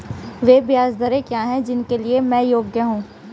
वे ब्याज दरें क्या हैं जिनके लिए मैं योग्य हूँ?